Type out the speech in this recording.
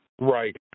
Right